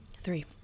Three